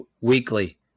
weekly